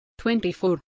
24